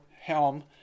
helm